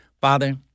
Father